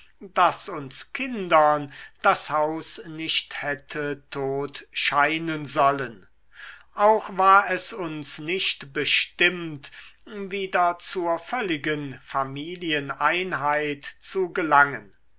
daß uns kindern das haus nicht hätte tot scheinen sollen auch war es uns nicht bestimmt wieder zur völligen familieneinheit zu gelangen